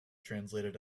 translated